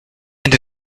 and